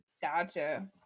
Gotcha